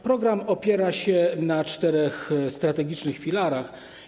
Program opiera się na czterech strategicznych filarach.